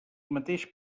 mateix